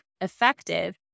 effective